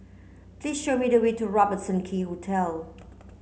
please show me the way to Robertson Quay Hotel